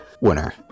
winner